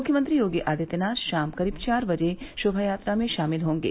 मुख्यमंत्री योगी आदित्यनाथ शाम करीब चार बजे शोभायात्रा में शामिल होंगे